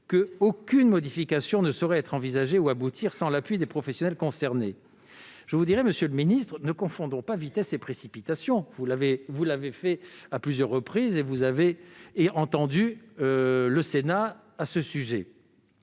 qu'« aucune modification ne saurait être envisagée, ou aboutir, sans l'appui des professions concernées ». Monsieur le ministre, ne confondons pas vitesse et précipitation ! Vous l'avez déjà fait à plusieurs reprises et vous avez entendu le Sénat à ce sujet.